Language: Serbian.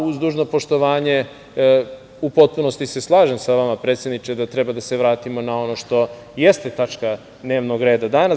Uz dužno poštovanje, u potpunosti se slažem sa vama, predsedniče, da treba da se vratimo na ono što jeste tačka dnevnog reda danas.